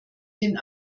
den